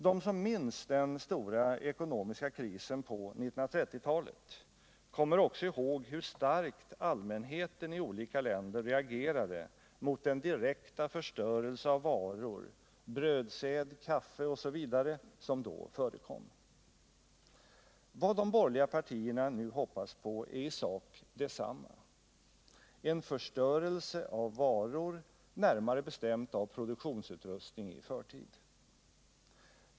De som minns den stora ekonomiska krisen på 1930-talet kommer också ihåg hur starkt allmänheten i olika länder reagerade mot den direkta förstörelse av varor — brödsäd, kaffe osv. — som då förekom. Vad de borgerliga partierna nu hoppas på är i sak detsamma — en förstörelse av varor, närmare bestämt av produktionsutrustningi förtid.